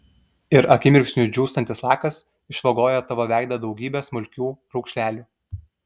ir akimirksniu džiūstantis lakas išvagoja tavo veidą daugybe smulkių raukšlelių